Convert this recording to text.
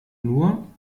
nur